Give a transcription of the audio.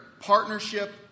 partnership